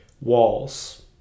walls